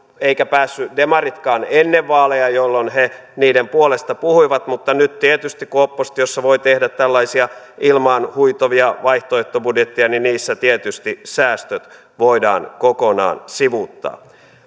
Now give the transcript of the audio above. eivätkä päässeet demaritkaan ennen vaaleja jolloin he niiden puolesta puhuivat mutta nyt tietysti kun oppositiossa voi tehdä tällaisia ilmaan huitovia vaihtoehtobudjetteja niissä säästöt voidaan kokonaan sivuuttaa